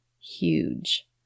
huge